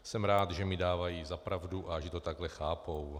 Jsem rád, že mi dávají za pravdu a že to takhle chápou.